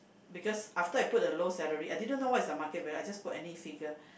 because after I put the low salary I didn't know what is the market value I just put any figure